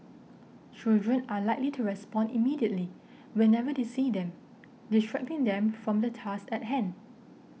children are likely to respond immediately whenever they see them distracting them from the task at hand